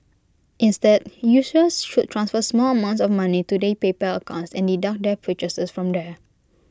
instead users should transfer small amounts of money to their PayPal accounts and deduct their purchases from there